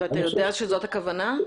אתה יודע שזאת הכוונה,